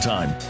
Time